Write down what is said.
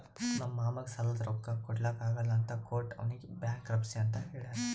ನಮ್ ಮಾಮಾಗ್ ಸಾಲಾದ್ ರೊಕ್ಕಾ ಕೊಡ್ಲಾಕ್ ಆಗಲ್ಲ ಅಂತ ಕೋರ್ಟ್ ಅವ್ನಿಗ್ ಬ್ಯಾಂಕ್ರಪ್ಸಿ ಅಂತ್ ಹೇಳ್ಯಾದ್